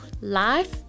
life